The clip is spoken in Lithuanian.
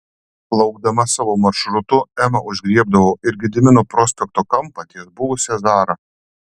plaukdama savo maršrutu ema užgriebdavo ir gedimino prospekto kampą ties buvusia zara